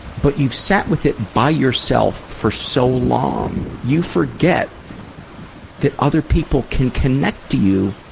but you've sat with it by yourself for so long, you forget that other people can connect to you,